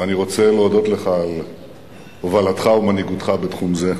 ואני רוצה להודות לך על הובלתך ומנהיגותך בתחום זה,